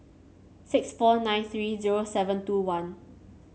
six four nine three zero seven two one